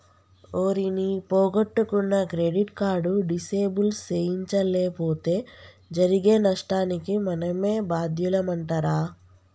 ఓరి నీ పొగొట్టుకున్న క్రెడిట్ కార్డు డిసేబుల్ సేయించలేపోతే జరిగే నష్టానికి మనమే బాద్యులమంటరా